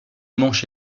manche